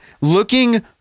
looking